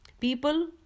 People